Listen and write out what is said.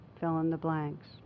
fill-in-the-blanks